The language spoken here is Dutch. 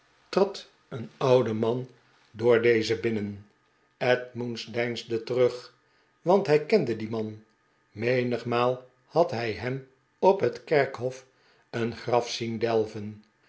trad een oude man door deze binnen edmunds deinsde terug want hij kende dien man menigmaal had hij hem op het kerkhof een graf zien delven